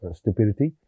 stupidity